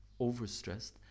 overstressed